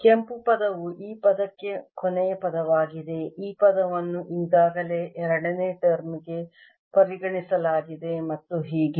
ಕೆಂಪು ಪದವು ಈ ಪದಕ್ಕೆ ಕೊನೆಯ ಪದವಾಗಿದೆ ಈ ಪದವನ್ನು ಈಗಾಗಲೇ ಎರಡನೇ ಟರ್ಮ್ ಗೆ ಪರಿಗಣಿಸಲಾಗಿದೆ ಮತ್ತು ಹೀಗೆ